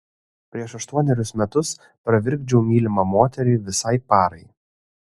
prieš aštuonerius metus pravirkdžiau mylimą moterį visai parai